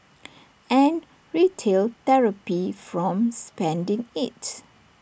and retail therapy from spending IT